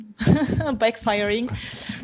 backfiring